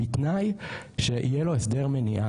בתנאי שיהיה לו הסדר מניעה,